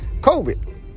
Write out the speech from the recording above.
COVID